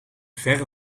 verre